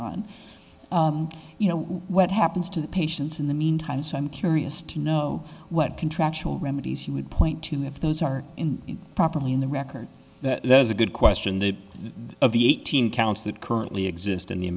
on you know what happens to the patients in the meantime so i'm curious to know what contractual remedies you would point to if those are properly in the record that there's a good question that of the eighteen counts that currently exist